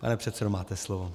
Pane předsedo, máte slovo.